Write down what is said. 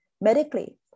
medically